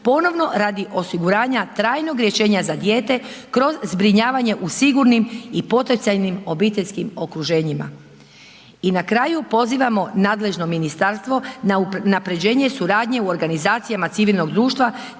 ponovno radi osiguranja trajnog rješenja za dijete kroz zbrinjavanje u sigurnim i potencijalnim obiteljskim okruženjima. I na kraju, pozivamo nadležno ministarstvo na unaprjeđenje suradnje u organizacijama civilnog društva